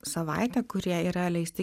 savaitė kurie yra leisti